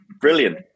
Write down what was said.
Brilliant